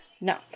no